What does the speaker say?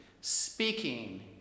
speaking